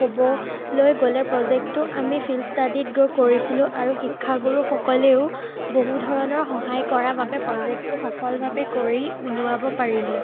ক'বলৈ গ'লে প্ৰজেক্টটো আমি ফিল্ড ষ্টাডীত গৈ কৰিছিলোঁ আৰু শিক্ষাগুৰুসকলেও বহু ধৰণৰ সহায় কৰাৰ বাবে প্ৰজেক্টটো সফলভাবে কৰি উলিয়াব পাৰিলোঁ